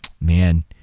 man